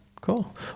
cool